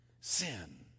Sin